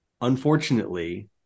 unfortunately